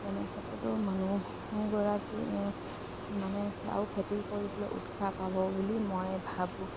তেনেক্ষেত্ৰতো মানুহগৰাকী মানে আও খেতি কৰিবলৈ উৎসাহ পাব বুলি মই ভাবোঁ